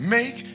Make